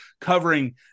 covering